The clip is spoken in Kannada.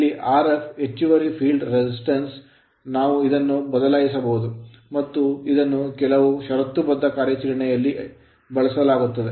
ಇಲ್ಲಿ Rf ಹೆಚ್ಚುವರಿ field resistance ಕ್ಷೇತ್ರ ಪ್ರತಿರೋಧವಾಗಿದೆ ನಾವು ಇದನ್ನು ಬದಲಾಯಿಸಬಹುದು ಮತ್ತು ಇದನ್ನು ಕೆಲವು ಷರತ್ತುಬದ್ಧ ಕಾರ್ಯಾಚರಣೆಯ ಅಡಿಯಲ್ಲಿ ಬಳಸಲಾಗುತ್ತದೆ